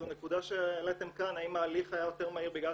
זו נקודה שהעליתם כאן האם ההליך היה יותר מהיר מכוון